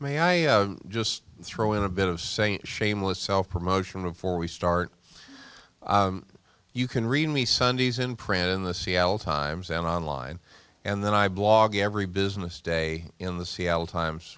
may i just throw in a bit of saying shameless self promotion before we start you can read me sundays in print in the seattle times and online and then i blog every business day in the seattle times